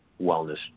wellness